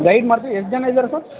guide ಮಾಡ್ತಿವಿ ಎಷ್ಟು ಜನ ಇದೀರ ಸರ್